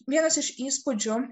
vienas iš įspūdžių